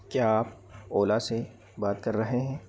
क्या आप ओला से बात कर रहे हैं